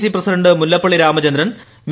C president Mullappally Ramachandran V